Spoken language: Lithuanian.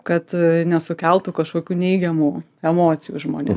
kad nesukeltų kažkokių neigiamų emocijų žmonėm